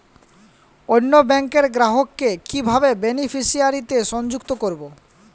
অন্য ব্যাংক র গ্রাহক কে কিভাবে বেনিফিসিয়ারি তে সংযুক্ত করবো?